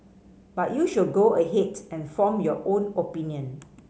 but you should go ahead and form your own opinion